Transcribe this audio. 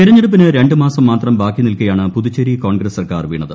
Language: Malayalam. തെരഞ്ഞെടുപ്പിന് രണ്ട് മാസം മാത്രം ബാക്കി നിൽക്കെയാണ് പുതുച്ചേരിയിൽ കോൺഗ്രസ് സർക്കാർ വീണത്